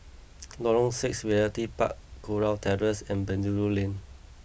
Lorong Six Realty Park Kurau Terrace and Penjuru Lane